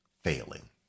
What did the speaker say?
failing